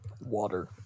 water